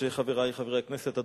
חברי חברי הכנסת,